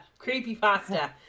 Creepypasta